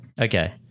Okay